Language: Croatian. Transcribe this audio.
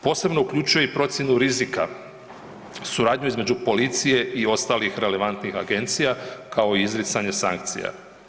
Posebno uključuje i procjenu rizika, suradnju između policije i ostalih relevantnih agencija kao i izricanje sankcija.